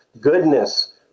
goodness